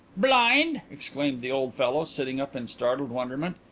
blind! exclaimed the old fellow, sitting up in startled wonderment.